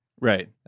Right